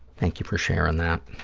thank you for sharing that.